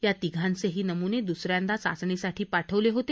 या तीघांचेही नमूने दुसऱ्यांदा चाचणीसाठी पाठवले होते